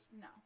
No